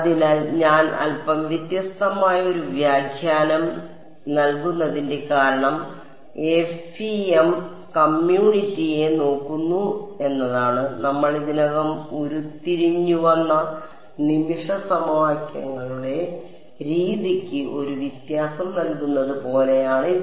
അതിനാൽ ഞാൻ അൽപ്പം വ്യത്യസ്തമായ ഒരു വ്യാഖ്യാനം നൽകുന്നതിന്റെ കാരണം FEM കമ്മ്യൂണിറ്റിയെ നോക്കുന്നു എന്നതാണ് നമ്മൾ ഇതിനകം ഉരുത്തിരിഞ്ഞുവന്ന നിമിഷ സമവാക്യങ്ങളുടെ രീതിക്ക് ഒരു വ്യാഖ്യാനം നൽകുന്നത് പോലെയാണ് ഇത്